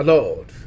Lord